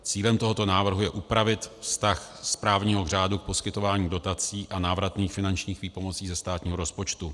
Cílem tohoto návrhu je upravit vztah správního řádu k poskytování dotací a návratných finančních výpomocí ze státního rozpočtu.